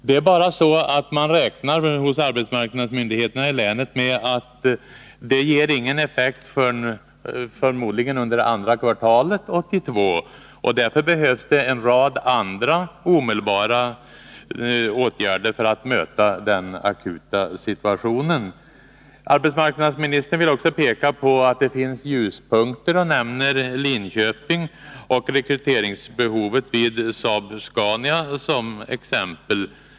Det är bara det att arbetsmarknadsmyndigheterna i länet räknar med att det inte ger någon effekt förrän förmodligen under andra kvartalet 1982. Därför behövs det en rad andra omedelbara åtgärder för att möta den akuta situationen. Arbetsmarknadsministern vill också peka på att det finns ljuspunkter och nämner Linköping och rekryteringsbehovet vid Saab-Scania som exempel.